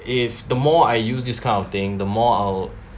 if the more I use this kind of thing the more I will